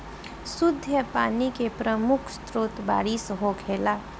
शुद्ध पानी के प्रमुख स्रोत बारिश होखेला